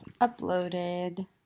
uploaded